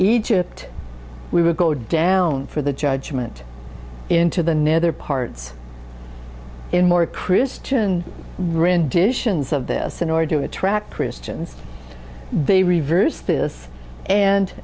egypt we would go down for the judgement into the nether parts in more christian renditions of this in order to attract christians they reversed this and